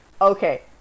Okay